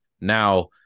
Now